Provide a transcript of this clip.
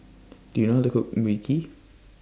Do YOU know How to Cook Mui Kee